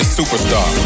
superstar